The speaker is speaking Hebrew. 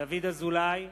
ישראל כץ,